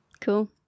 cool